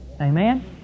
Amen